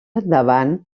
endavant